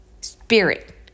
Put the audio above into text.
spirit